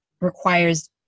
requires